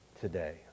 today